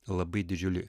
labai didžiulį